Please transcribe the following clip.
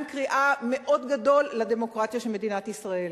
קריאה מאוד גדול לדמוקרטיה של מדינת ישראל.